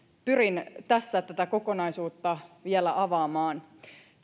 pyrin tässä tätä kokonaisuutta vielä avaamaan